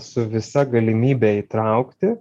su visa galimybe įtraukti